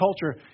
culture